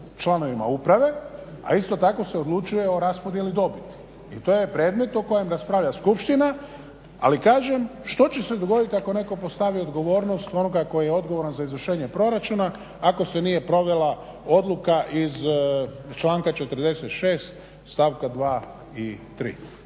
članovima uprave, a isto tako se odlučuje o raspodijeli dobiti. I to je predmet o kojem raspravlja skupština. Ali kažem, što će se dogoditi ako netko postavi odgovornost onoga tko je odgovoran za izvršenje proračuna ako se nije provela odluka iz članka 46. stavka 2. i 3.?